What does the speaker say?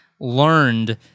learned